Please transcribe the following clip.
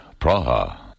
Praha